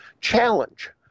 challenge